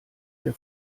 der